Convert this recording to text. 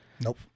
Nope